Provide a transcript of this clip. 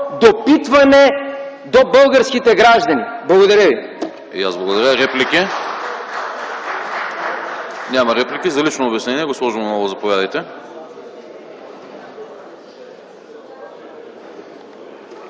допитване до българските граждани. Благодаря ви.